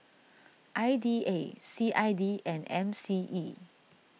I D A C I D and M C E